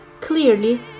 Clearly